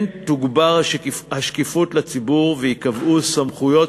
כן תוגבר השקיפות לציבור וייקבעו סמכויות